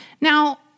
Now